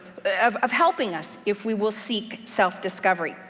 of of helping us, if we will seek self-discovery.